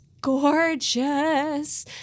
gorgeous